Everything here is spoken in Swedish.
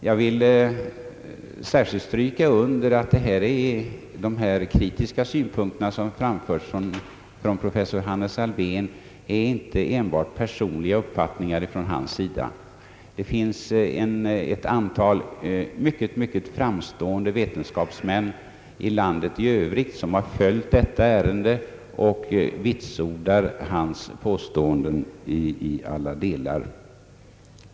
Jag vill särskilt stryka under att de kritiska synpunkter som har anförts av professor Hannes Alfvén inte enbart är en personlig uppfattning från hans sida. Det finns ett antal mycket framstående vetenskapsmän i landet i övrigt som har följt detta ärende och som vitsordar hans påståenden i alla delar.